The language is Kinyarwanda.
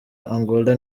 angola